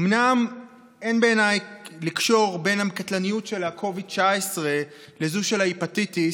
אומנם בעיניי אין לקשור בין הקטלניות של ה-COVID-19 לזו של ההפטיטיס,